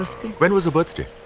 when was her birthday?